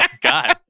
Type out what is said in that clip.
God